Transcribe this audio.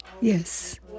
Yes